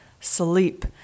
sleep